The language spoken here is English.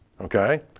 Okay